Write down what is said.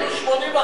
מה השתנה?